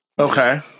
Okay